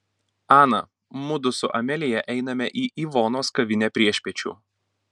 ana mudu su amelija einame į ivonos kavinę priešpiečių